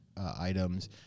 items